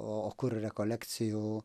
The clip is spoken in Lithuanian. o kur rekolekcijų